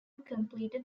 completed